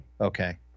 Okay